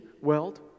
world